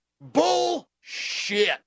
Bullshit